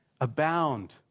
abound